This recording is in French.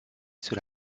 sur